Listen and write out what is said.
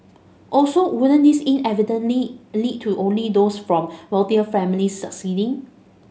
also wouldn't this inadvertent lead lead to only those from wealthier families succeeding